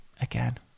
again